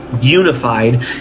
unified